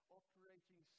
operating